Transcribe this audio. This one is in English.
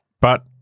But-